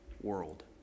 world